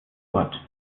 ort